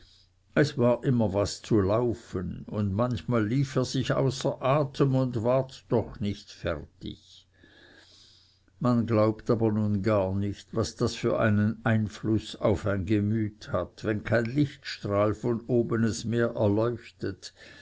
es war immer etwas zu laufen und manchmal lief er sich außer atem und ward doch nicht fertig man glaubt aber nun gar nicht was das für einen einfluß auf ein gemüt hat wenn kein lichtstrahl von oben es mehr erleuchtet